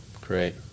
great